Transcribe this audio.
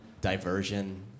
diversion